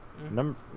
Number